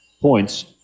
points